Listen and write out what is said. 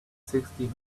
sixty